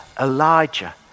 Elijah